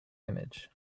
image